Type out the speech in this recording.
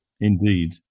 Indeed